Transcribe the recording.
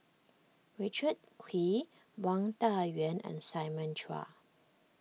Richard Kuih Wang Dayuan and Simon Chua